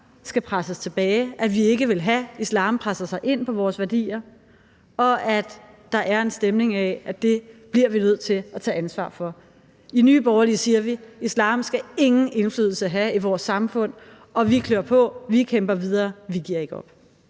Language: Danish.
skal presses tilbage, at vi ikke vil have, at islam presser sig ind på vores værdier, og at der er en stemning af, at det bliver vi nødt til at tage ansvar for. I Nye Borgerlige siger vi: Islam skal ingen indflydelse have i vores samfund, og vi klør på, vi kæmper videre, vi giver ikke op.